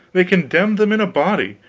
they condemned them in a body.